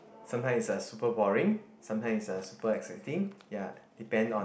sometime it's uh super boring sometime it's uh super exciting ya depend on